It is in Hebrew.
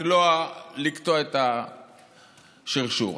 לקטוע את השרשור.